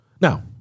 Now